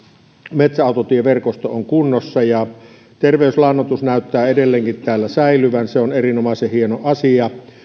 metsäautotieverkosto on kunnossa terveyslannoitus näyttää edelleenkin täällä säilyvän se on erinomaisen hieno asia